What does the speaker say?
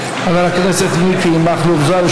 חבר הכנסת מיקי מכלוף זוהר,